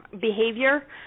behavior